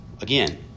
again